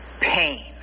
pain